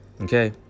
Okay